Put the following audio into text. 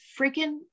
freaking